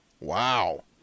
Wow